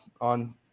on